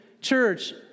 church